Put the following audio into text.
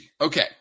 okay